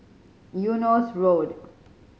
Eunos Road